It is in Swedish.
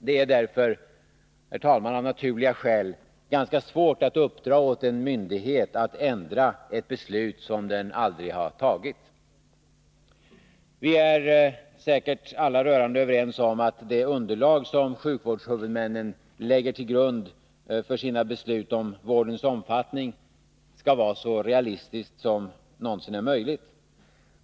Det är därför, herr talman, av naturliga skäl ganska svårt att uppdra åt en myndighet att ändra ett beslut som den aldrig har fattat. Vi är säkert alla rörande överens om att det underlag som sjukvårdshuvudmännen lägger som grund för sina beslut om vårdens omfattning skall vara så realistiskt som det någonsin är möjligt.